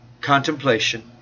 contemplation